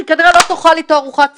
היא כנראה לא תאכל איתו ארוחת צהריים,